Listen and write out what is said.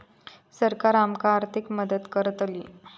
सरकार आमका आर्थिक मदत करतली?